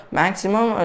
maximum